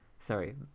Sorry